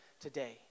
today